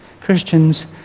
Christians